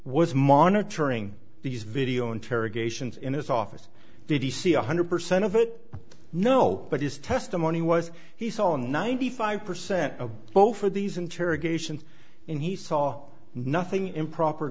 was monitoring these video interrogations in his office did he see one hundred percent of it no but his testimony was he saw ninety five percent of both of these interrogations and he saw nothing improper